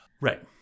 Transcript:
Right